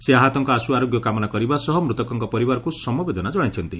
ସେ ଆହତଙ୍କ ଆଶ୍ ଆରୋଗ୍ୟ କାମନା କରିବା ସହ ମୃତକଙ୍କ ପରିବାରକୁ ସମବେଦନା ଜଣାଇଛନ୍ତି